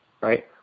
right